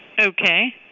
Okay